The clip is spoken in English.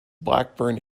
blackburn